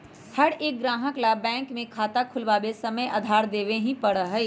हर एक ग्राहक ला बैंक में खाता खुलवावे समय आधार देवे ही पड़ा हई